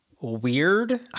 weird